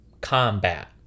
combat